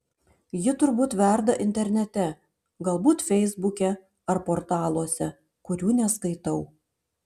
ji turbūt verda internete galbūt feisbuke ar portaluose kurių neskaitau